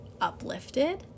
uplifted